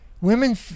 Women